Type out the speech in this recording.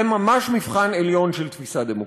זה ממש מבחן עליון של תפיסה דמוקרטית,